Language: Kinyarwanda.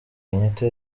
kenyatta